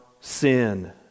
sin